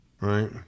Right